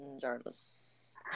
jarvis